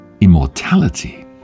Immortality